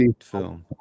film